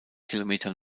kilometer